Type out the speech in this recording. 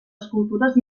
escultures